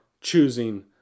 choosing